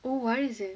what is it